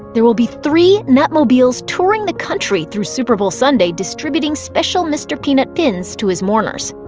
there will be three nutmobiles touring the country through super bowl sunday distributing special mr. peanut pins to his mourners.